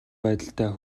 байдалтай